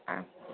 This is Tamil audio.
ஆ